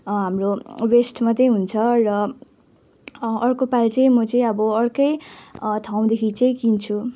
हाम्रो वेस्ट मात्रै हुन्छ र अर्कोपालि चाहिँ म चाहिँ अब अर्कै ठाउँदेखि चाहिँ किन्छु